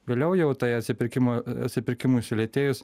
vėliau jau tai atsipirkimo atsipirkimui sulėtėjus